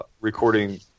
recording